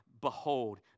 Behold